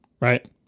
right